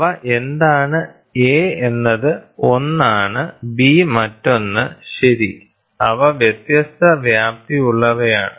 അവ എന്താണ് A എന്നത് 1 ആണ് B മറ്റൊന്ന് ശരി അവ വ്യത്യസ്ത വ്യാപ്തിയുള്ളവയാണ്